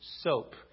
soap